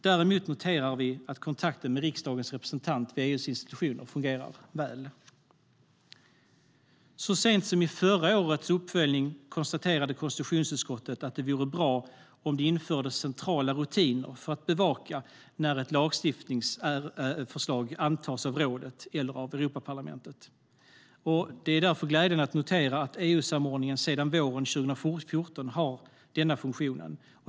Vi noterar däremot att kontakten med riksdagens representant vid EU:s institutioner fungerar väl. Så sent som i förra årets uppföljning konstaterade konstitutionsutskottet att det vore bra om det infördes centrala rutiner för att bevaka när ett lagstiftningsförslag antas av rådet eller Europaparlamentet. Det är därför glädjande att notera att EU-samordningen sedan våren 2014 har denna funktion.